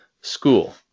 school